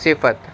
صفت